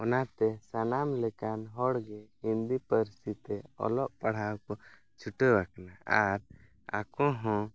ᱚᱱᱟᱛᱮ ᱥᱟᱱᱟᱢ ᱞᱮᱠᱟᱱ ᱦᱚᱲ ᱜᱮ ᱦᱤᱱᱫᱤ ᱯᱟᱹᱨᱥᱤ ᱛᱮ ᱚᱞᱚᱜ ᱯᱟᱲᱦᱟᱣ ᱠᱚ ᱪᱷᱩᱴᱟᱹᱣᱟᱠᱟᱱᱟ ᱟᱨ ᱟᱠᱚ ᱦᱚᱸ